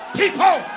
people